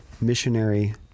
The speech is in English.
missionary